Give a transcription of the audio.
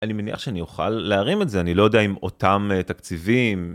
אני מניח שאני אוכל להרים את זה, אני לא יודע אם אותם תקציבים.